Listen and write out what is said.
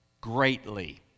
greatly